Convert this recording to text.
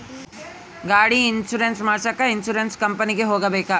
ಗಾಡಿ ಇನ್ಸುರೆನ್ಸ್ ಮಾಡಸಾಕ ಇನ್ಸುರೆನ್ಸ್ ಕಂಪನಿಗೆ ಹೋಗಬೇಕಾ?